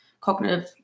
cognitive